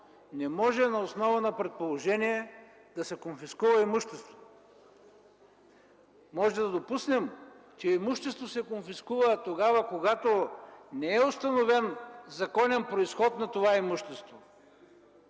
не може на основа на предположение да се конфискува имущество. Може да допуснем, че имущество се конфискува тогава, когато не е установен законен произход на това имущество,